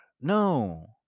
No